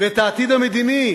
ואת העתיד המדיני